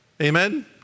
Amen